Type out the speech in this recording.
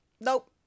Nope